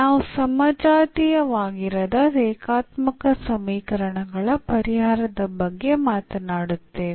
ನಾವು ಸಮಜಾತೀಯವಾಗಿರದ ರೇಖಾತ್ಮಕ ಸಮೀಕರಣಗಳ ಪರಿಹಾರದ ಬಗ್ಗೆ ಮಾತನಾಡುತ್ತೇವೆ